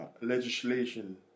legislation